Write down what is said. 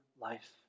life